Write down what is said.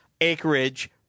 acreage